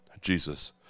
Jesus